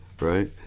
right